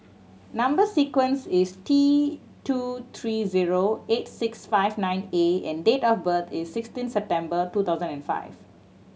number sequence is T two three zero eight six five nine A and date of birth is sixteen September two thousand and five